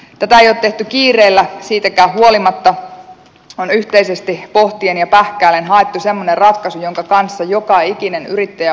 tätä ei ole tehty kiireellä siitäkään huolimatta vaan yhteisesti pohtien ja pähkäillen on haettu semmoinen ratkaisu jonka kanssa joka ikinen yrittäjä voi elää